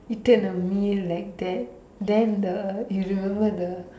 eaten a meal like that then the you remember the